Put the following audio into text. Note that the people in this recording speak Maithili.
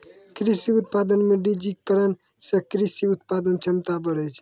कृषि उत्पादन मे डिजिटिकरण से कृषि उत्पादन क्षमता बढ़ै छै